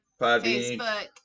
Facebook